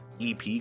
EP